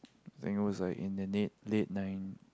think it was in the late late nine